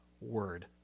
word